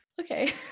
Okay